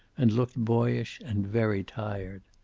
and looked boyish and very tired.